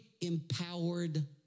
empowered